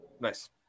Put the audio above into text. Nice